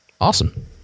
awesome